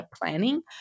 planning